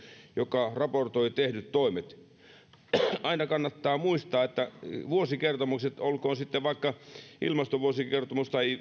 joka raportoi tehdyt toimet aina kannattaa muistaa että vuosikertomuksessahan olkoon se sitten vaikka ilmastovuosikertomus tai